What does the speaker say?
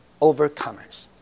overcomers